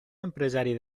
empresari